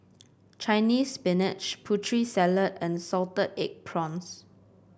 Chinese Spinach Putri Salad and Salted Egg Prawns